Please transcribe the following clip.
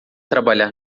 trabalhar